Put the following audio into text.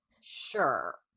sure